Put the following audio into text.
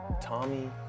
Tommy